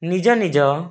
ନିଜ ନିଜ